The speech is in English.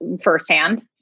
firsthand